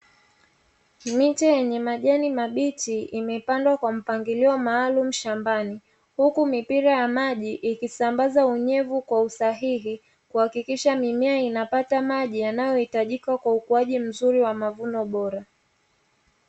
Miche yenye majani mabichi imepandwa kwa mpangilio maalumu shambani, huku mipira ya maji ikisambaza unyevu kwa usahihi, kuhakikisha mimea inapata maji yanayohitajika kwa ukuaji mzuri wa mavuno bora.